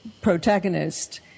protagonist